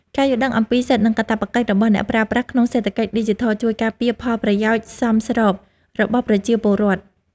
ការយល់ដឹងអំពីសិទ្ធិ និងកាតព្វកិច្ចរបស់អ្នកប្រើប្រាស់ក្នុងសេដ្ឋកិច្ចឌីជីថលជួយការពារផលប្រយោជន៍ស្របច្បាប់របស់ប្រជាពលរដ្ឋ។